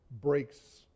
breaks